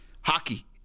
Hockey